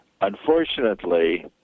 Unfortunately